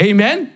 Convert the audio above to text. Amen